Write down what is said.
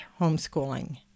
homeschooling